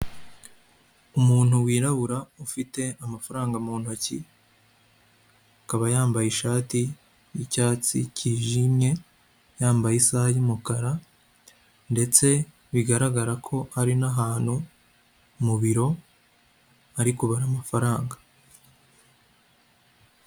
Umuntu wirabura ufite amafaranga mu ntoki akaba yambaye ishati yicyatsi kijimye yambaye isaha y'umukara ndetse bigaragara ko ari n'ahantu mu ibiro ari kubara amafaranga.